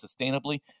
sustainably